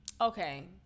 Okay